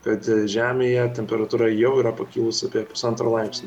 kad žemėje temperatūra jau yra pakilus apie pusantro laipsnio